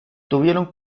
tuvieron